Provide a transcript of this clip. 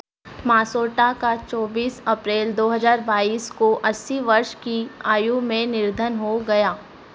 मासोटा का चौबीस अप्रेल दो हज़ार बाइस को अस्सी वर्ष की आयु में निर्धन हो गया